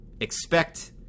expect